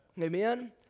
Amen